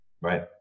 right